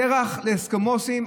קרח לאסקימואים?